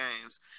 games